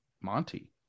Monty